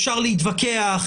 אפשר להתווכח,